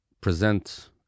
present